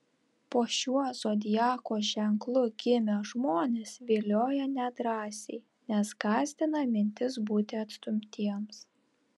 po šiuo zodiako ženklu gimę žmonės vilioja nedrąsiai nes gąsdina mintis būti atstumtiems